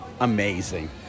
amazing